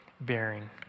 bearing